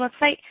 website